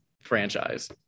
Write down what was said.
franchise